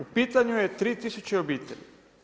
U pitanju je 3000 obitelji.